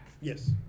Yes